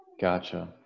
gotcha